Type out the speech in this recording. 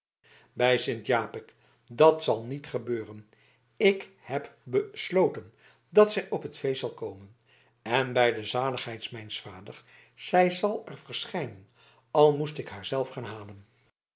bij sint japik dat zal niet gebeuren ik heb besloten dat zij op het feest zal komen en bij de zaligheid mijns vaders zij zal er verschijnen al moest ik haar zelf gaan halen